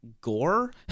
gore